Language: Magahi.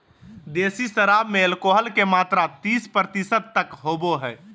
देसी शराब में एल्कोहल के मात्रा तीस प्रतिशत तक होबो हइ